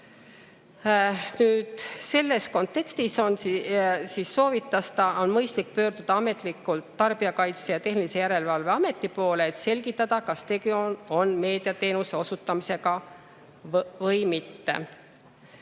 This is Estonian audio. Selles kontekstis soovitas ta, et on mõistlik pöörduda ametlikult Tarbijakaitse ja Tehnilise Järelevalve Ameti poole, et selgitada, kas tegu on meediateenuse osutamisega või mitte.